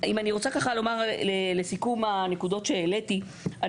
אני רוצה לומר ככה לסיכום הנקודות שהעליתי,